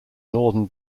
northern